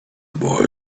boy